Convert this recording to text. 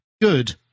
good